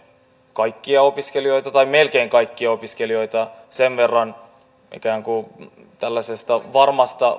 kaikkia opiskelijoita tai melkein kaikkia opiskelijoita sen verran ikään kuin tällaisesta varmasta